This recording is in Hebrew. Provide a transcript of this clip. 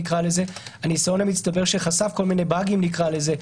הניסיון המצטבר שחשף באגים נקרא לזה,